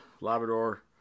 Labrador